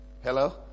Hello